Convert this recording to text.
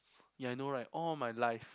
yeah I know right all my life